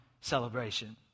celebration